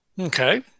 Okay